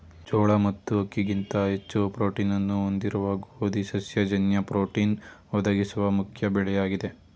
ಜೋಳ ಮತ್ತು ಅಕ್ಕಿಗಿಂತ ಹೆಚ್ಚು ಪ್ರೋಟೀನ್ನ್ನು ಹೊಂದಿರುವ ಗೋಧಿ ಸಸ್ಯ ಜನ್ಯ ಪ್ರೋಟೀನ್ ಒದಗಿಸುವ ಮುಖ್ಯ ಬೆಳೆಯಾಗಿದೆ